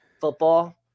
football